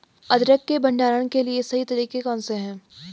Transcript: अदरक के भंडारण के सही तरीके कौन से हैं?